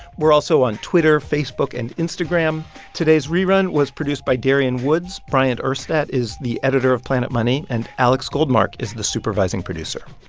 we're also on twitter, facebook and instagram today's rerun was produced by darian woods. bryant urstadt is the editor of planet money, and alex goldmark is the supervising producer.